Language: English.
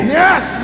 yes